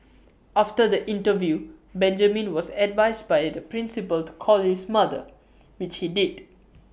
after the interview Benjamin was advised by the principal to call his mother which he did